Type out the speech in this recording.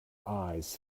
eyes